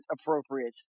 appropriate